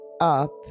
up